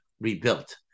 rebuilt